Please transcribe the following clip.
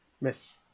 Miss